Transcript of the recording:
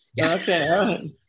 Okay